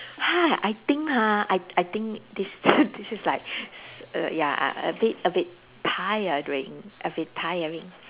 ha I think ha I I think this this is like err ya uh a bit a bit tiring a bit tiring